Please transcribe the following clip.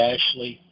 Ashley